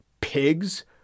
pigs